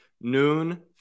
noon